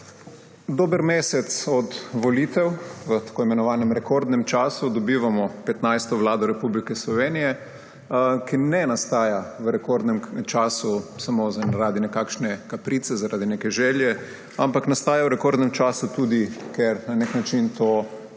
Dober mesec od volitev v tako imenovanem rekordnem času dobivamo 15. vlado Republike Slovenije, ki ne nastaja v rekordnem času samo zaradi nekakšne kaprice, zaradi neke želje, ampak nastaja v rekordnem času tudi, ker na nek način to